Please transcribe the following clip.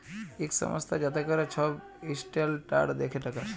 ইক সংস্থা যাতে ক্যরে ছব ইসট্যালডাড় দ্যাখে টাকার